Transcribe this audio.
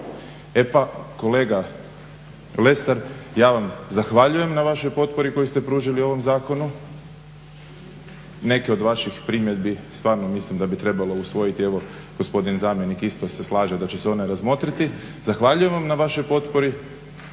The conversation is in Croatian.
E pa kolega Lesar ja vam zahvaljujem na vašoj potpori koju ste pružili ovom zakonu neki od vaših primjedbi stvarno mislim da bi trebalo usvojiti. Evo i gospodin zamjenik se isto slaže da će se one razmotriti. Zahvaljujem vam na vašoj potpori